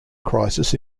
crisis